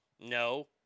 No